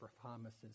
promises